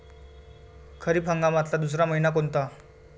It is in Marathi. खरीप हंगामातला दुसरा मइना कोनता?